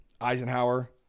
eisenhower